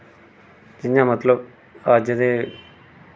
जि'यां मतलब अज्ज दे